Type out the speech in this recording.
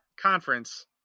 conference